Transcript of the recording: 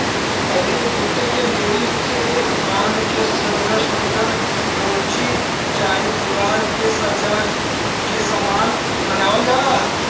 पहिले जूटे के डोरी से बाँध के सुन्दर सुन्दर डोलची चाहे दिवार पे सजाए के सामान बनावल जाला